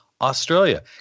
Australia